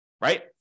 Right